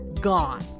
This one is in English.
Gone